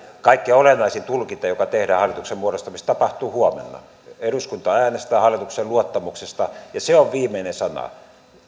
kaikkein olennaisin tulkinta joka tehdään hallituksen muodostamisesta tapahtuu huomenna eduskunta äänestää hallituksen luottamuksesta ja se on viimeinen sana